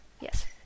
Yes